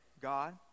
God